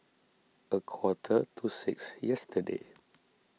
a quarter to six yesterday